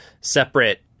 separate